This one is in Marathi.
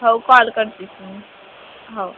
हो कॉल करते हो